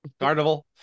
carnival